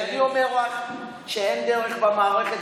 שאני אומר לך שאין דרך במערכת,